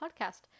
podcast